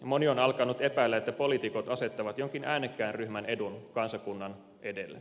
moni on alkanut epäillä että poliitikot asettavat jonkin äänekkään ryhmän edun kansakunnan edelle